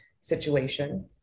situation